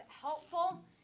helpful